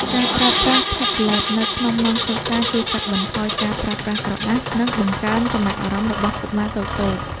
ការប្រើប្រាស់ថេប្លេតនៅក្នុងម៉ោងសិក្សាជួយកាត់បន្ថយការប្រើប្រាស់ក្រដាស និងបង្កើនចំណាប់អារម្មណ៍របស់កុមារតូចៗ។